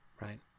right